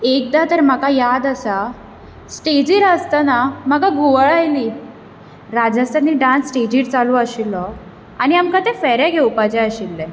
एकदां तर म्हाका याद आसा स्टेजीर आसतना म्हाका घुंवळ आयली राजस्थानी डान्स स्टेजीर चालू आशिल्लो आनी आमकां ते फेरे घेवपाचे आशिल्ले